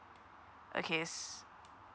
okays